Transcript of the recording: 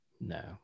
no